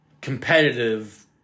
competitive